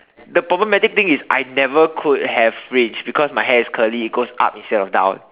the problematic thing is I never could have fringe because my hair is curly it goes up instead of down